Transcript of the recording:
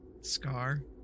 Scar